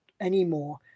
anymore